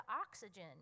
oxygen